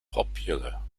popular